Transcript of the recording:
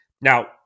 Now